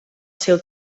seu